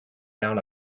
down